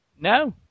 no